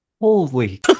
Holy